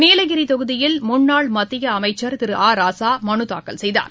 நீலகிரிதொகுதியில் முன்னாள் மத்தியஅமைச்சர் திரு ஆ ராசாமனுத்தாக்கல் செய்தார்